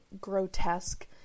grotesque